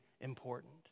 important